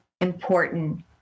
important